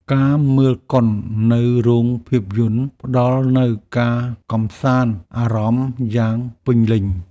ការមើលកុននៅរោងភាពយន្ត ផ្តល់នូវការកម្សាន្តអារម្មណ៍យ៉ាងពេញលេញ។